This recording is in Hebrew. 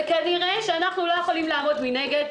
כנראה שאנחנו לא יכולים לעמוד מנגד.